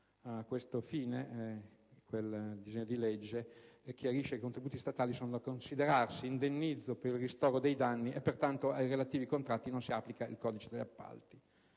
A questo fine, quel decreto-legge chiarisce che i contributi statali sono da considerarsi indennizzo per il ristoro dei danni e pertanto ai relativi contratti non si applica il codice degli appalti.